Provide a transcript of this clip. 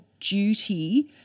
duty